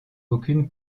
aucune